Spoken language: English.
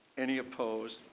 any opposed.